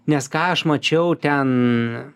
nes ką aš mačiau ten